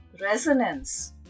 resonance